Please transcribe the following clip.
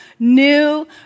New